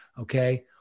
okay